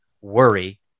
worry